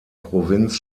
provinz